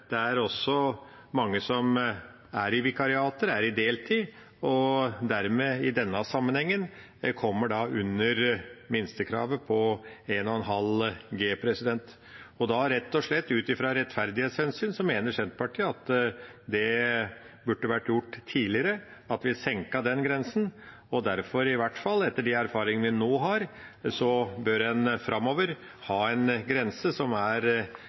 mange er i vikariater og deltidsstillinger, og i denne sammenhengen dermed kommer under minstekravet på 1,5G. Da mener Senterpartiet rett og slett ut fra rettferdighetshensyn at den grensa burde vært senket tidligere. Derfor, i hvert fall etter de erfaringene vi nå har, bør en framover ha en grense som innebærer en halvering av minstekravet til inntekt for å kvalifisere til dagpenger. Representanten Per Olaf Lundteigen har tatt opp det forslaget han refererte til. Når det ikkje er korona, er